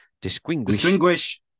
distinguish